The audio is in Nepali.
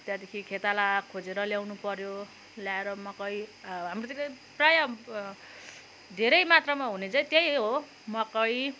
त्यहाँदेखि खेताला खोजेर ल्याउनु पऱ्यो ल्याएर मकै हाम्रोतिर प्राय धेरै मात्रामा हुने चाहिँ त्यही हो मकै